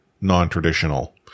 non-traditional